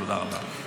תודה רבה.